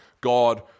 God